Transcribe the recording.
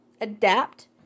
adapt